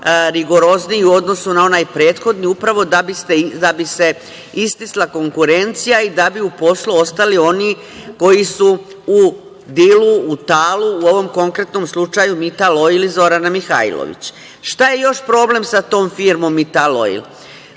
rigorozniji u odnosu na onaj prethodni upravo da bi se istisla konkurencija i da bi u poslu ostali oni koji su u dilu, u talu, u ovom konkretnom slučaju, „Mitan Oil“ i Zorana Mihajlović. Šta je još problem sa tom firmom „Mitan